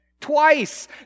Twice